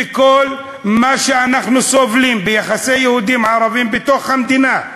וכל מה שאנחנו סובלים ביחסי יהודים ערבים בתוך המדינה,